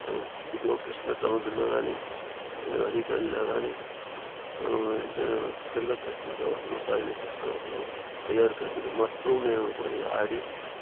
ఇదిగో కృష్ణ సముద్రం లో కానీ హరికేన్ లో కానీ కింద కృష్ణ సముద్రం పైన కృష్ణ సముద్రం ఆయార్కంటి మొత్తం మేము పోయి ఆడి